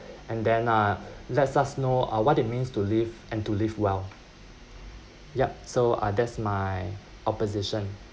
and then uh let’s us know uh what it means to live and to live well yup so that’s my opposition